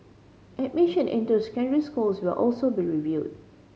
admission into schools will also be reviewed